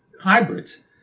hybrids